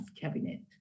cabinet